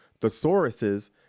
Thesauruses